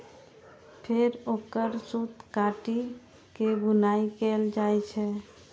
फेर ओकर सूत काटि के बुनाइ कैल जाइ छै